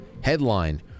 headline